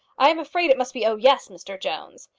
i am afraid it must be oh, yes mr jones!